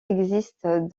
existent